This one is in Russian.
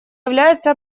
является